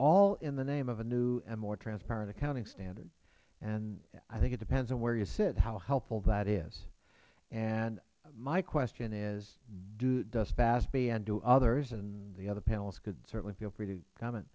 all in the name of a new and more transparent accounting standard and i think it depends on where you sit how helpful that is and my question is does fasb and do others and the other panelists could certainly feel free to com